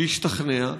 להשתכנע,